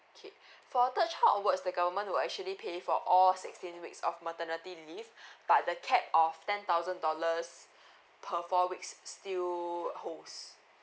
okay for third child onwards the government will actually pay for all sixteen weeks of maternity leave but the cap of ten thousand dollars per four weeks still holds